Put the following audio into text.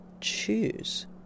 choose